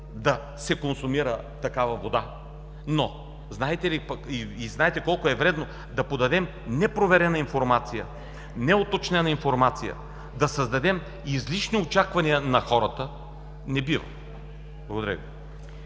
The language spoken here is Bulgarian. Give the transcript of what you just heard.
да се консумира такава вода, знаете, колко е вредно да подадем непроверена информация, неуточнена информация, да създадем излишни очаквания на хората. Не бива! Благодаря Ви.